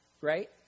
Right